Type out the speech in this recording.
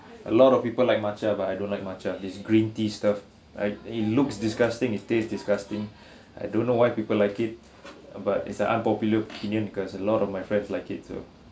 a lot of people like matcha but I don't like matcha this green teas stuff it looks disgusting is taste disgusting I don't know why people like it but is a unpopular opinion because a lot of my friends like it too